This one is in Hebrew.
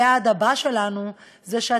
היעד הבא שלנו הוא שהתקציב,